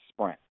sprint